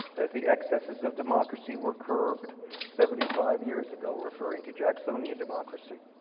as the excesses of democracy were curbed seventy five years ago, referring to jacksonian democracy.